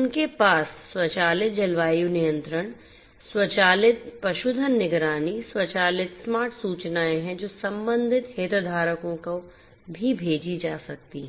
उनके पास स्वचालित जलवायु नियंत्रण स्वचालित पशुधन निगरानी स्वचालित स्मार्ट सूचनाएं हैं जो संबंधित हितधारकों को भी भेजी जा सकती हैं